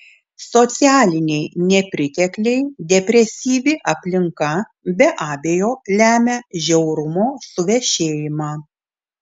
socialiniai nepritekliai depresyvi aplinka be abejo lemia žiaurumo suvešėjimą